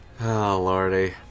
Lordy